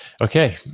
Okay